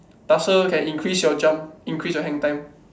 tussle can increase your jump increase your hang time